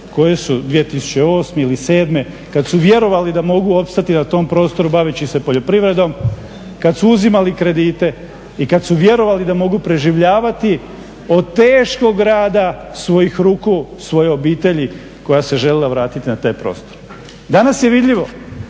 koje su 2008. ili 2007. kad su vjerovali da mogu opstati na tom prostoru baveći se poljoprivredom, kad su uzimali kredite i kad su vjerovali da mogu preživljavati od teškog rada svojih ruku, svoje obitelji koja se željela vratiti na taj prostor. Danas je vidljivo